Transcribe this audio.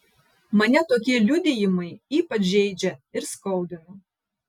mane tokie liudijimai ypač žeidžia ir skaudina